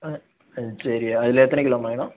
ஆ சரி அதில் எத்தனை கிலோமா வேணும்